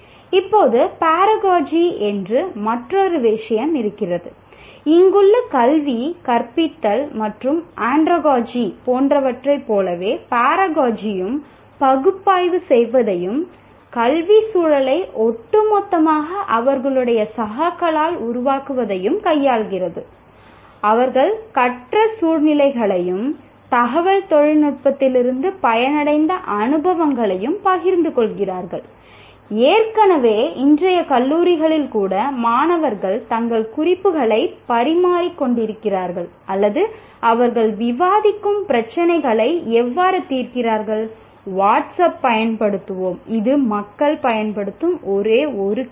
இப்போது பாராகோஜி பயன்படுத்துகிறார்கள் இது மக்கள் பயன்படுத்தும் ஒரே ஒரு கருவி